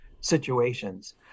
situations